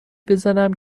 بزنم